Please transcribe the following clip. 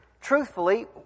truthfully